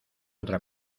otra